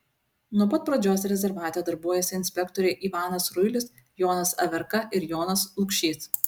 nuo pat pradžios rezervate darbuojasi inspektoriai ivanas rulis jonas averka ir jonas lukšys